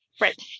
right